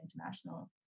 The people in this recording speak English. international